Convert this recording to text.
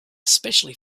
especially